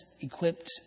equipped